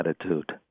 attitude